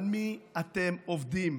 על מי אתם עובדים,